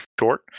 short